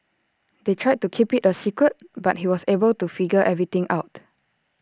they tried to keep IT A secret but he was able to figure everything out